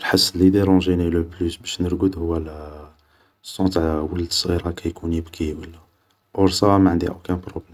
الحس لي يديرونجيني لو بلوس باش نرقد هو الصون تاع ولد صغير يكون هاكا يبكي ولا, اور صا ما عندي اوكان بروبلام